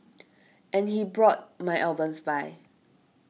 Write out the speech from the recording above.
and he brought my albums by